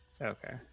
Okay